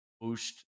boost